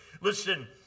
Listen